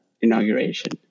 inauguration